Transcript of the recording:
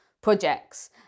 projects